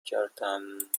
کردم